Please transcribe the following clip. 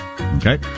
okay